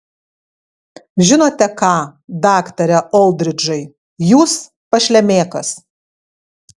žinote ką daktare oldridžai jūs pašlemėkas